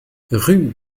rue